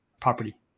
property